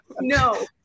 No